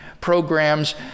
programs